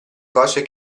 cose